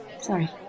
Sorry